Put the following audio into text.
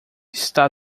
está